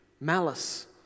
malice